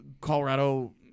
Colorado